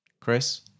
Chris